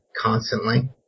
constantly